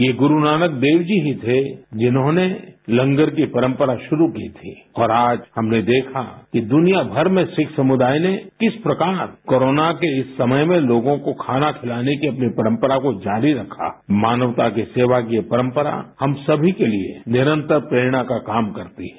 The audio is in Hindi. ये गुरु नानक देव जी ही थे जिन्होंने लंगर की परंपरा शुरू की थी और आज हमने देखा कि दुनिया भर में सिख समुदाय ने किस प्रकार कोरोना के इस समय में लोगों को खाना खिलाने की अपनी परंपरा को जारी रखा है मानवता की सेवा की ये परंपरा हम सभी के लिए निरंतर प्रेरणा का काम करती है